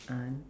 uh